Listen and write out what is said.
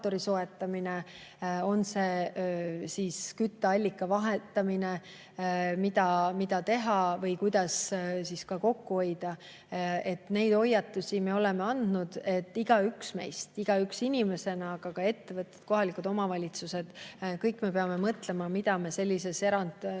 on see kütteallika vahetamine, mida võiks teha või kuidas kokku hoida. Neid hoiatusi me oleme andnud. Igaüks meist – igaüks inimesena, aga ka ettevõtted, kohalikud omavalitsused –, kõik me peame mõtlema, mida me sellises erandolukorras